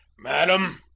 madam!